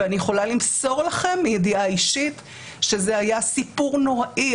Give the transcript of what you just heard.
אני יכולה למסור לכם מידיעה אישית שזה היה סיפור נוראי.